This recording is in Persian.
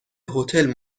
هتل